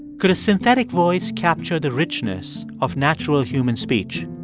could a synthetic voice capture the richness of natural human speech?